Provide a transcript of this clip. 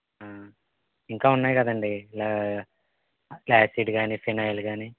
ఇంకా ఉన్నాయి కదండి ఇలా యాసిడ్ కాని ఫినాయిల్ కాని